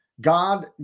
God